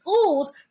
schools